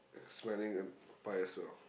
smelling a pie as well